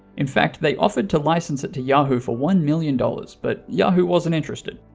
in fact, they offered to license it to yahoo for one million dollars but yahoo wasn't interested.